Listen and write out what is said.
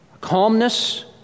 calmness